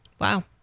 wow